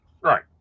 right